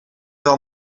wel